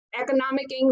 economic